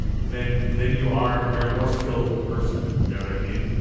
then then you are you're more skillful person. you know what i mean?